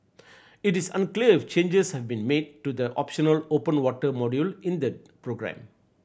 it is unclear if changes have been made to the optional open water module in the programme